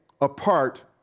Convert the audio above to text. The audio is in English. apart